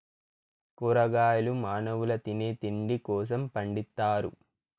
కూరగాయలు మానవుల తినే తిండి కోసం పండిత్తారు